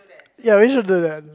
ya we should do that